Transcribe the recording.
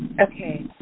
Okay